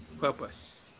purpose